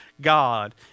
God